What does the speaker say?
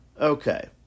Okay